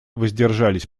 воздержались